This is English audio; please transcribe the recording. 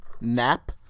nap